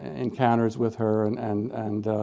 encounters with her and and